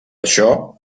això